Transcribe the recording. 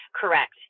correct